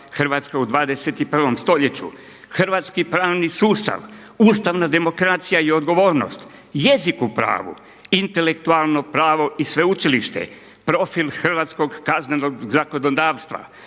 Hrvatske u 21. stoljeću“, „Hrvatski pravni sustav“ Ustavna demokracija i odgovornost, „Jezik u pravu“, „Intelektualno pravo i sveučilište“, „Profil hrvatskog kaznenog zakonodavstva“,